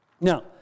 Now